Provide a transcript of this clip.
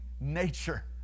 nature